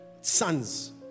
sons